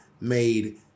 made